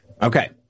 Okay